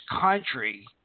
country